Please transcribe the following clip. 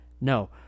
No